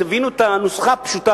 תבינו את הנוסחה הפשוטה,